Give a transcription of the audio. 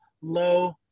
Low